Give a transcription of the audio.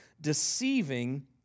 deceiving